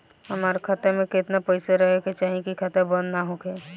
हमार खाता मे केतना पैसा रहे के चाहीं की खाता बंद ना होखे?